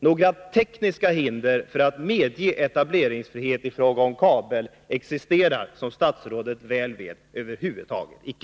Några tekniska hinder för att medge etableringsfrihet i fråga om kabel-TV existerar, som statsrådet väl vet, över huvud taget icke.